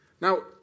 Now